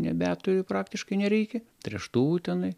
nebeturiu praktiškai nereikia tręštuvų tenai